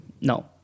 no